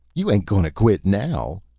you ain't gonna quit now?